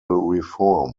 reform